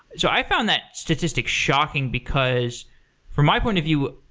so i found that statistic shocking, because from my point of view,